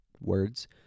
words